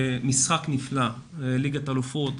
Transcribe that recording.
משחק נפלא, גמר ליגת אלופות.